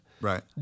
Right